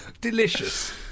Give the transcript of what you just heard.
Delicious